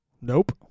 Nope